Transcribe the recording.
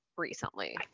recently